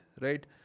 right